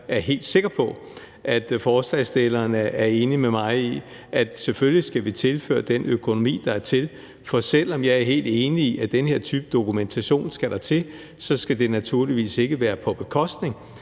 er helt sikker på, at forslagsstillerne er enige med mig i, at selvfølgelig skal vi tilføre den økonomi, der skal til, for selv om jeg er helt enig i, at den her type dokumentation skal til, skal det naturligvis ikke være på bekostning